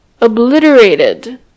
obliterated